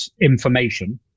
information